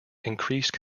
increased